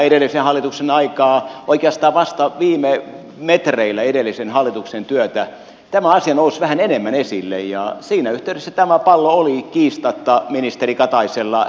edellisen hallituksen aikaan oikeastaan vasta edellisen hallituksen työn viime metreillä tämä asia nousi vähän enemmän esille ja siinä yhteydessä tämä pallo oli kiistatta ministeri kataisella